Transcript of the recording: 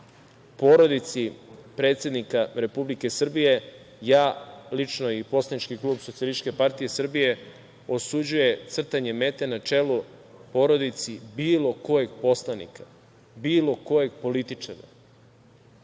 porodici predsednika Republike Srbije ja lično i poslanički klub SPS osuđuje crtanje mete na čelu porodici bilo kojih poslanika, bilo kojeg političara.